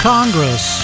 Congress